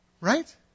Right